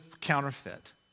counterfeit